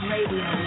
Radio